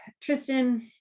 Tristan